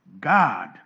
God